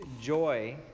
Joy